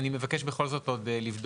אני מבקש עוד זמן לבדוק,